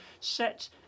set